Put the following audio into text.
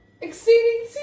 Exceeding